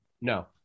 No